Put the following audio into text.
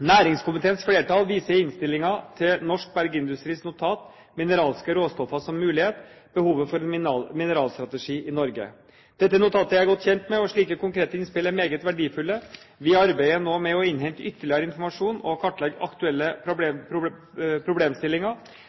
Næringskomiteens flertall viser i innstillingen til Norsk Bergindustris notat «Mineralske råstoffer som mulighet – Behovet for en mineralstrategi i Norge». Dette notatet er jeg godt kjent med, og slike konkrete innspill er meget verdifulle. Vi arbeider nå med å innhente ytterligere informasjon og kartlegge aktuelle problemstillinger.